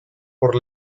por